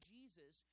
Jesus